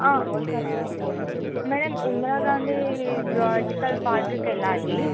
madam Indira Gandhi zoological పార్కుకి వెళ్ళాలి